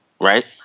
right